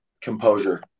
composure